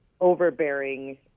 overbearing